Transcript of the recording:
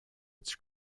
its